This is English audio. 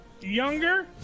Younger